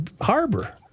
harbor